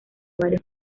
varios